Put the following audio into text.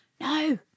no